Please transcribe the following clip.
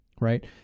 right